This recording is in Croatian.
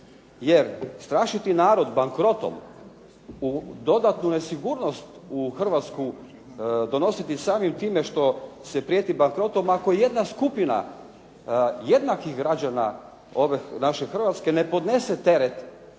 Jer strašiti narod bankrotom u dodatnu nesigurnost u Hrvatsku donositi samim time što se prijeti bankrotom ako jedna skupina jednakih građana ove naše Hrvatske ne podnese teret